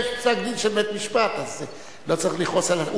יש פסק-דין של בית-משפט, אז לא צריך לכעוס עליו.